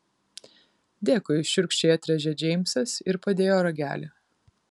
dėkui šiurkščiai atrėžė džeimsas ir padėjo ragelį